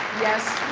yes,